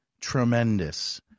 tremendous